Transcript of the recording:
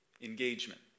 engagement